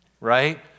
right